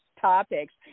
topics